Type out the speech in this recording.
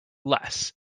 less